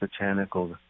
botanical